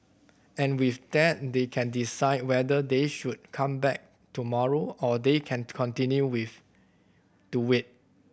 and with that they can decide whether they should come back tomorrow or they can continue with to wait